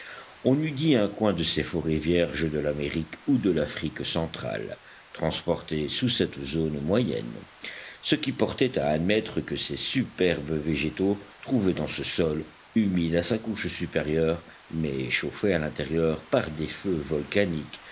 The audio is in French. on eût dit un coin de ces forêts vierges de l'amérique ou de l'afrique centrale transporté sous cette zone moyenne ce qui portait à admettre que ces superbes végétaux trouvaient dans ce sol humide à sa couche supérieure mais chauffé à l'intérieur par des feux volcaniques